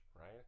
right